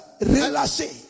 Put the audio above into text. relâché